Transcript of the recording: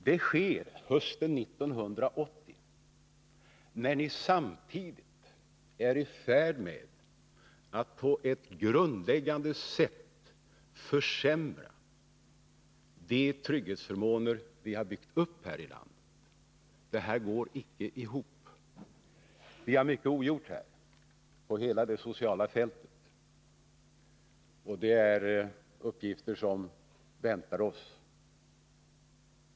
Den här agitationen bedrivs hösten 1980, när ni samtidigt är i färd med att på ett grundläggande sätt försämra de trygghetsförmåner vi har byggt upp här i landet. Vi har mycket ogjort på det sociala fältet, och många uppgifter väntar oss.